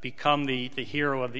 become the the hero of the